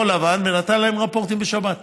והוא נתן להם רפורטים בשבת.